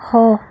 हो